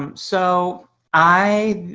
um so i,